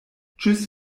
tschüss